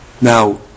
Now